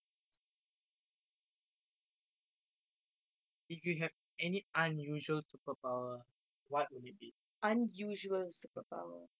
if you have any unusual superpower what would it be